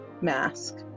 mask